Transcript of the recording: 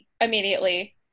immediately